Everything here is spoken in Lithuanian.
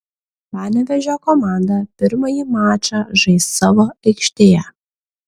panevėžio komanda pirmąjį mačą žais savo aikštėje